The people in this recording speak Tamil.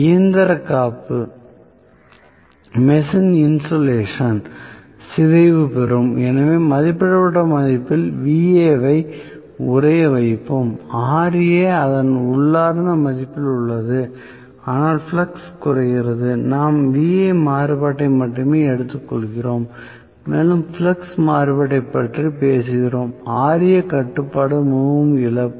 இயந்திர காப்பு சிதைவு பெறும் எனவே மதிப்பிடப்பட்ட மதிப்பில் Va வை உறைய வைப்போம் Ra அதன் உள்ளார்ந்த மதிப்பில் உள்ளது ஆனால் ஃப்ளக்ஸ் குறைகிறது நாம் Va மாறுபாட்டை மட்டுமே எடுத்துக்கொள்கிறோம் மேலும் ஃப்ளக்ஸ் மாறுபாட்டைப் பற்றி பேசுகிறோம் Ra கட்டுப்பாடு மிகவும் இழப்பு